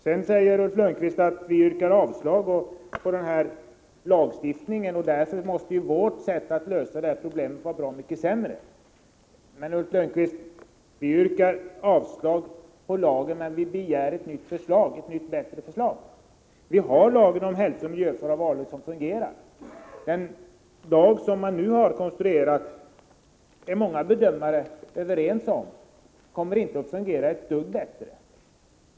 Sedan säger Ulf Lönnqvist att vi ju yrkar avslag på det här lagförslaget, och därför måste vårt sätt att lösa problemet vara bra mycket sämre. Vi yrkar avslag på lagförslaget, men vi begär ett nytt, bättre förslag. Det finns en lag om hälsooch miljöfarliga varor som fungerar. Den lag som man nu har konstruerat kommer enligt många bedömare inte att fungera ett dugg bättre.